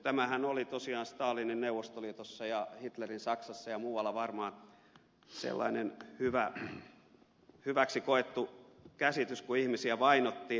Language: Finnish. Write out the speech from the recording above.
tämähän oli tosiaan stalinin neuvostoliitossa ja hitlerin saksassa ja muualla varmaan sellainen hyväksi koettu käsitys kun ihmisiä vainottiin